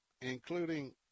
including